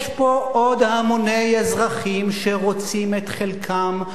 יש פה עוד המוני אזרחים שרוצים את חלקם,